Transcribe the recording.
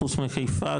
חוץ מחיפה,